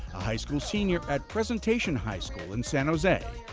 high school senior at presentation high school in san jose,